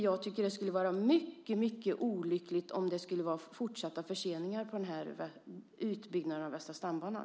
Jag tycker att det skulle vara mycket olyckligt om det skulle bli fortsatta förseningar på utbyggnaden av Västra stambanan.